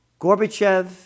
Gorbachev